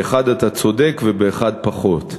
באחד אתה צודק ובאחד פחות.